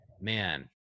man